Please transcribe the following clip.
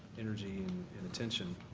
energy and intention.